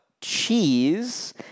cheese